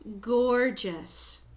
gorgeous